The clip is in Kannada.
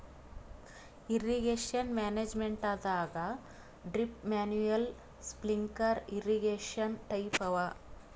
ಇರ್ರೀಗೇಷನ್ ಮ್ಯಾನೇಜ್ಮೆಂಟದಾಗ್ drip manual sprinkler irrigation type ಅವ